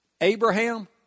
Abraham